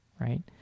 right